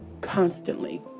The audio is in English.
constantly